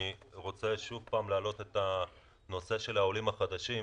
אני רוצה שוב להעלות את הנושא של העולים החדשים.